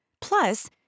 Plus